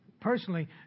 personally